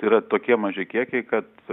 yra tokie maži kiekiai kad